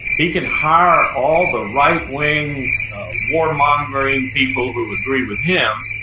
he can hire all the right-wing warmongering people who agree with him.